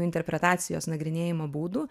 interpretacijos nagrinėjimo būdų